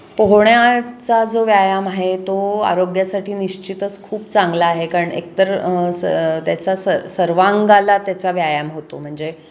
पोहण्याचा जो व्यायाम आहे तो आरोग्यासाठी निश्चितच खूप चांगला आहे कारण एकतर त्याचा सर्वांगाला त्याचा व्यायाम होतो म्हणजे